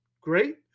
great